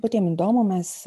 patiem įdomu mes